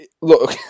Look